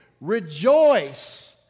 Rejoice